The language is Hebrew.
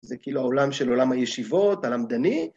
זה כאילו העולם של עולם הישיבות, הלמדני.